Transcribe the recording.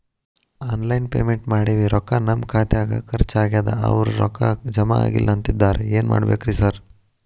Online payment ಮಾಡೇವಿ ರೊಕ್ಕಾ ನಮ್ ಖಾತ್ಯಾಗ ಖರ್ಚ್ ಆಗ್ಯಾದ ಅವ್ರ್ ರೊಕ್ಕ ಜಮಾ ಆಗಿಲ್ಲ ಅಂತಿದ್ದಾರ ಏನ್ ಮಾಡ್ಬೇಕ್ರಿ ಸರ್?